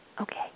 Okay